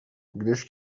gdyż